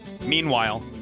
Meanwhile